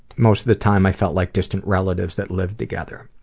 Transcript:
most of the time, i felt like distat relatives that lived together.